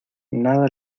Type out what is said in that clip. nada